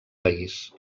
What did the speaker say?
país